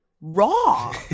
raw